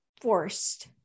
forced